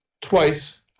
twice